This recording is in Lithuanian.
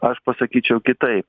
aš pasakyčiau kitaip